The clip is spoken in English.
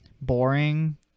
boring